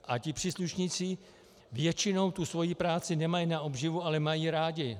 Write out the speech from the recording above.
A ti příslušníci většinou svoji práci nemají na obživu, ale mají ji rádi.